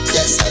Yes